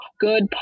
good